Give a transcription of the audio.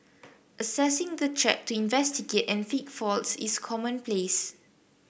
accessing the track to investigate and fix faults is commonplace